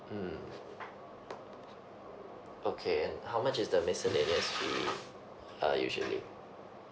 mm okay how much is the miscellaneous fee uh usually